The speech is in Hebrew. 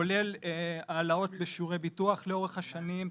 כולל העלאות בשיעורי ביטוח לאורך השנים,